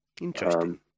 Interesting